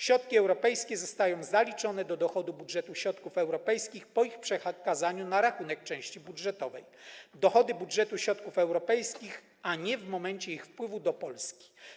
Środki europejskie zostają zaliczone do dochodu budżetu środków europejskich po ich przekazaniu na rachunek części budżetowej dochodu budżetu środków europejskich, a nie w momencie ich wpływu do Polski.